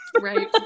Right